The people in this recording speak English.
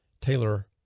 Taylor